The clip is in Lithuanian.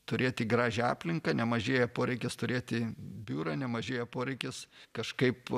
turėti gražią aplinką nemažėja poreikis turėti biurą nemažėja poreikis kažkaip